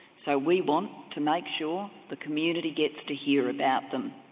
so we want to make sure the community gets to hear about them.